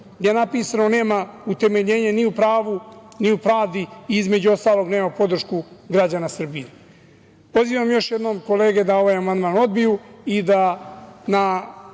je napisano nema utemeljenje ni u pravu, ni u pravdu, i između ostalog, nema podršku građana Srbije. Pozivam još jednom kolege da ovaj amandman odbiju i da na